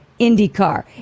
IndyCar